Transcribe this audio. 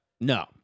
No